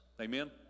Amen